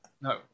No